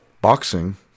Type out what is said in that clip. boxing